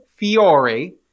Fiore